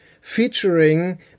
featuring